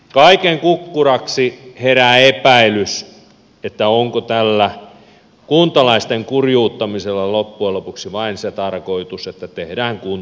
kaiken kukkuraksi herää epäilys onko tällä kuntalaisten kurjuuttamisella loppujen lopuksi vain se tarkoitus että tehdään kuntien pakkoliitokset